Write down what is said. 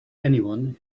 anyone